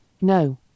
no